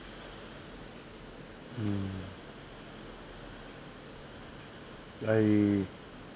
mm I